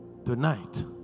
tonight